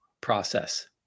process